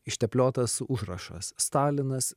ištepliotas užrašas stalinas